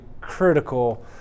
critical